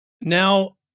now